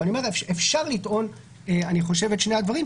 אני חושב שאפשר לטעון את שני הדברים.